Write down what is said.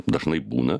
dažnai būna